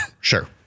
Sure